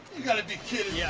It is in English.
you got to be kidding yeah